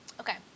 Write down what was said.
Okay